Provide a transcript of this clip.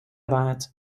waard